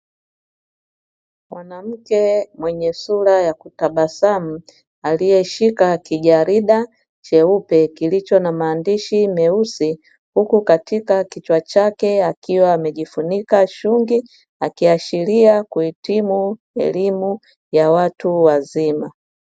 Mwanamke mwenye sura ya kutabasamu aliyeshika kijarida cheupe, kilicho na maandishi meusi, huku katika kichwa chake akiwa amejifunika shungi, akiashiria kuhitimu elimu ya watu wazima.